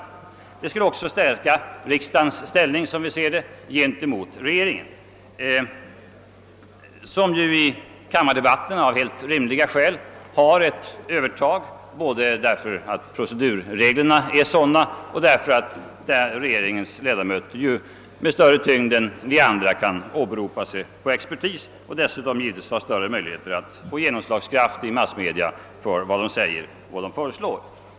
Förslaget skulle också stärka riksda gens ställning i förhållande till regeringen, vars medlemmar nu i kammardebatterna av helt rimliga skäl har ett övertag, både därför att procedurreglerna gynnar den och därför att regeringens medlemmar med större tyngd än andra talare i kamrarna kan åberopa sig på expertisen. De har dessutom större möjligheter att få genomslagskraft i massmedierna för sina uttalanden och förslag.